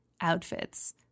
outfits